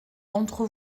entre